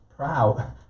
Proud